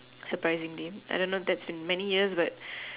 surprisingly I don't know that's in many years but